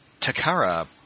Takara